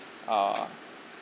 err